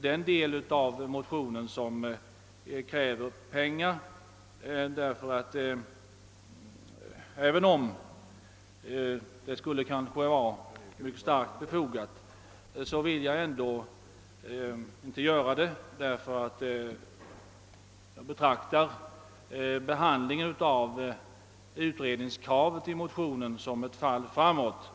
den del av motionen som kräver pengar, även om detta krav är mycket befogat. Jag betraktar nämligen behandlingen av utredningskravet i motionen som ett fall framåt.